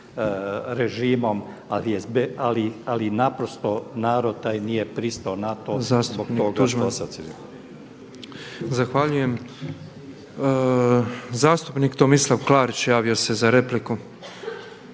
Zastupnik Tomislav Klarić javio se za repliku.